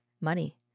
money